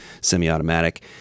semi-automatic